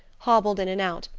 hobbled in and out,